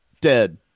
Dead